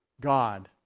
God